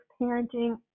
parenting